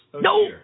No